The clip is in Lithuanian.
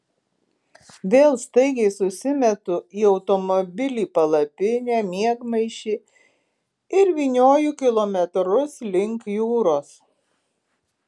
vėl staigiai susimetu į automobilį palapinę miegmaišį ir vynioju kilometrus link jūros